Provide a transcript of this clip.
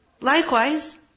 Likewise